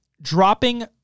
dropping